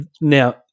Now